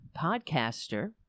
podcaster